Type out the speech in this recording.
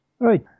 Right